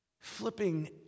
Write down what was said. Flipping